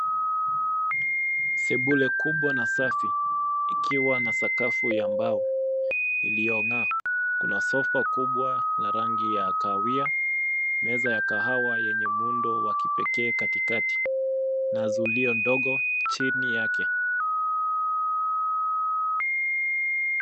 Sebule kubwa na safi ikiwa na sakafu ya mbao iliyong'aa. Kuna sofa kubwa la rangi ya kahawia, meza ya kahawa yenye muundo wa kipekee katikati na zulia ndogo chini yake.